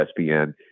ESPN